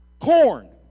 corn